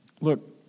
Look